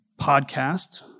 podcast